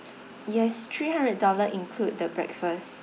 yes three hundred dollar include the breakfast